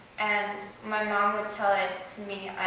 and my mom would tell it to me,